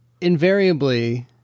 invariably